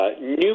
new